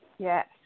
Yes